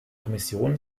kommission